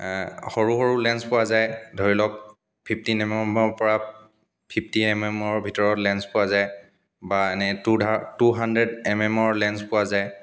সৰু সৰু লেঞ্চ পোৱা যায় ধৰি লওক ফিফটিন এম এমৰ পৰা ফিফটি এম এমৰ ভিতৰত লেঞ্চ পোৱা যায় বা এনে টুডা টু হাণ্ড্ৰেড এম এমৰ লেঞ্চ পোৱা যায়